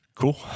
Cool